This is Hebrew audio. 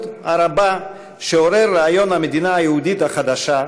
הרבה שעורר רעיון המדינה היהודית החדשה,